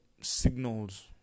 signals